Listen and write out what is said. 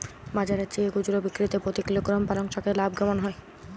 বাজারের চেয়ে খুচরো বিক্রিতে প্রতি কিলোগ্রাম পালং শাকে লাভ কেমন হয়?